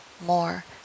more